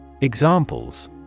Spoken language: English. Examples